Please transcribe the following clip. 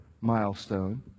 milestone